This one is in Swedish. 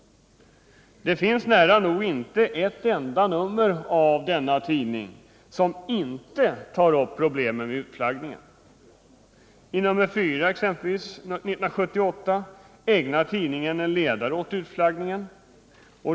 Det finns nära nog inte ett enda nummer av denna tidning som inte tar upp problemet med utflaggningen. nr 4 år 1978 ägnar tidningen en ledare åt utflaggningen.